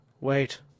Wait